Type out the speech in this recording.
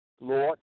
Lord